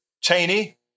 Cheney